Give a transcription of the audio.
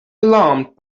alarmed